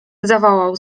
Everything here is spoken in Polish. zawołał